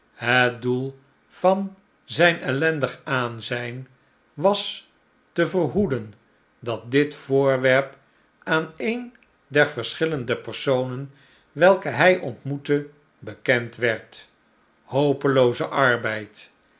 het doel van zijn ellendig aanzijn was te verhoeden dat dit voorwerp aan een der verschillende personen welke hij ontmoette bekend werd hopelooze arbeid